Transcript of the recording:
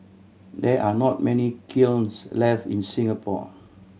there are not many kilns left in Singapore